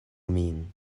min